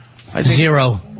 Zero